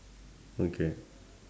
okay